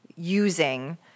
using